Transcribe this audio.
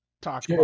talk